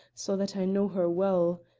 so that i know her well.